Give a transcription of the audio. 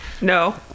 No